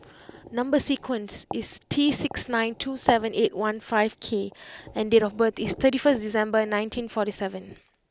number sequence is T six nine two seven eight one five K and date of birth is thirty first December nineteen forty seven